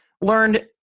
learned